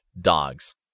dogs